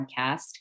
podcast